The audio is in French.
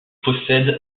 possède